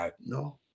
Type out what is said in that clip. No